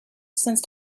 since